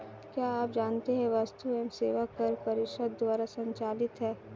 क्या आप जानते है वस्तु एवं सेवा कर परिषद द्वारा संचालित है?